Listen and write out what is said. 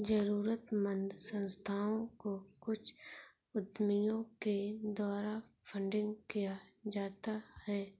जरूरतमन्द संस्थाओं को कुछ उद्यमियों के द्वारा फंडिंग किया जाता है